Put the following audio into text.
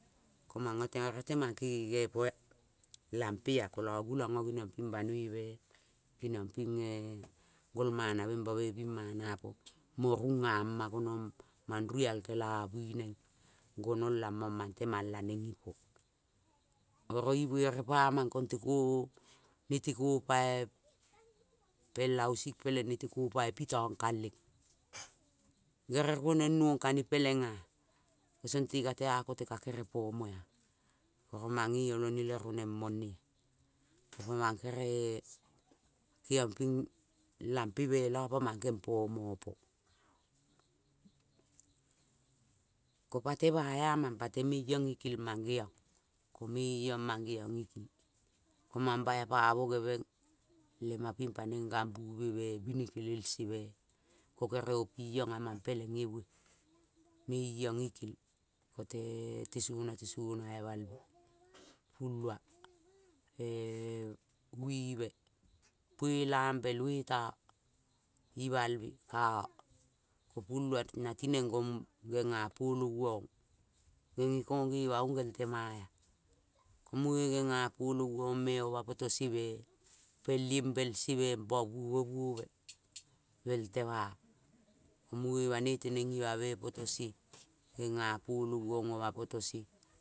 Komango tematema kegege poea lampea kolo gulang ngo geniongping banoime gol manabe be bimanapo, mungo rungama gonong mangnual kelabu neng gonong lamong mangtemang la neng ipoea. Oro ibuere uamong, kongteko neteko pai pel hausik peleng neteko pai pitong kaleng. Gerel ruoneng nuong kanepelengea song te kate kote karerepomoea oromange olone le neoneng more. Pamangkeree kengiong ping iampemee lopa mang kengiongping kempomopoa. Kopa tema eamang. Kopa teme iong ikel mageiong ko meiong mangeiong. Mambaipa boge meng lema pipaneng gambume, binikel see ko kere oping amang peleng ewe, meiong ikel tee, tesono tesonoimal me puluo, uebe, puelambe, luetao ibal kao ko puluo na ti neng gom genga poloio ong. Ngenge kong ngema ong ngel temaea. Munge ngena poloiongme oma poto seme peliembel seme, peliembel seme po buobebuobe peltema. Munge banoi terengimame potose genapoloiong oma potose.